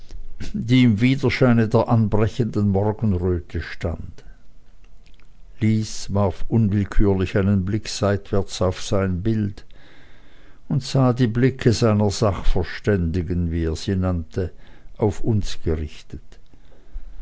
die im widerscheine der anbrechenden morgenröte stand lys warf unwillkürlich einen blick seitwärts auf sein bild und sah die blicke seiner sachverständigen wie er sie nannte auf uns gerichtet